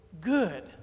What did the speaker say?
good